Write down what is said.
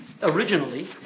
Originally